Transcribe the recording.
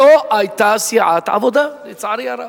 לא היתה סיעת עבודה, לצערי הרב.